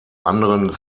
anderen